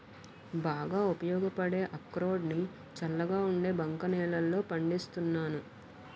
బాగా ఉపయోగపడే అక్రోడ్ ని చల్లగా ఉండే బంక నేలల్లో పండిస్తున్నాను